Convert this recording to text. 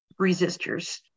resistors